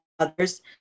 others